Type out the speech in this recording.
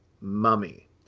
mummy